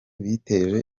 biteje